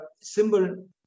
symbol